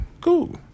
Cool